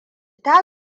ta